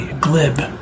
glib